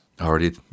Already